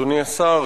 אדוני השר,